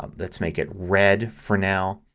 um let's make it red for now.